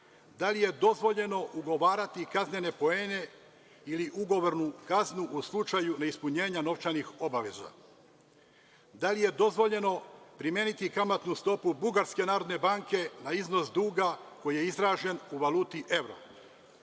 da li je dozvoljeno ugovarati kaznene poene ili ugovornu kaznu u slučaju neispunjenja novčanih obaveza? Da li je dozvoljeno primeniti kamatnu stopu bugarske narodne banke na iznos duga koji je izražen u valuti